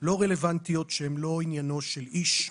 לא רלוונטיות, שהן לא עניינו של איש,